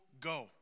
go